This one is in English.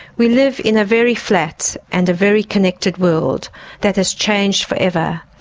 we live in a very flat and a very connected world that has changed forever.